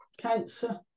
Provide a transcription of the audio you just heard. Cancer